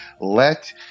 let